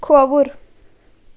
کھووُر